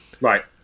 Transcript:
Right